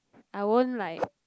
I won't like